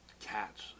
cats